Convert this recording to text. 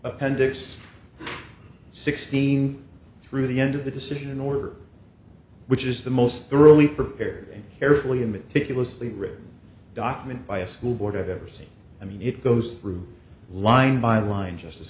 appendix sixteen through the end of the decision in order which is the most thoroughly prepared and carefully and meticulously written document by a school board i've ever seen i mean it goes through line by line justice